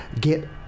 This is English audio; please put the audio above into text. Get